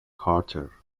carter